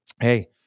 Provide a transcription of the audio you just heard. hey